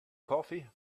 coffee